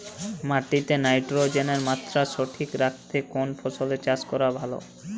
মাটিতে নাইট্রোজেনের মাত্রা সঠিক রাখতে কোন ফসলের চাষ করা ভালো?